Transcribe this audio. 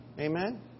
Amen